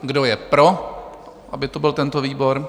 Kdo je pro, aby to byl tento výbor?